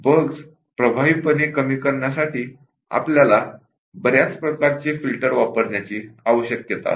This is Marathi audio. बग्स प्रभावीपणे कमी करण्यासाठी आपल्याला बर्याच प्रकारचे फिल्टर वापरण्याची आवश्यकता असते